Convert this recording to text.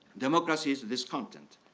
democracy is this content.